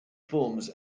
forms